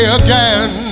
again